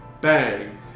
Bang